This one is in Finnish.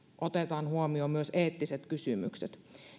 otetaan huomioon myös eettiset kysymykset